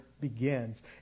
begins